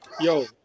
Yo